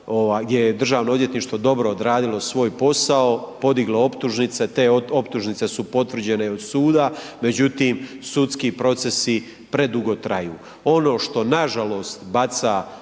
koje sam podigao gdje je DORH dobro odradilo svoj posao, podiglo optužnice te optužnice su potvrđene i od suda, međutim sudski procesi predugo traju. Ono što nažalost baca sumnju